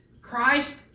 Christ